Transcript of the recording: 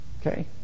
Okay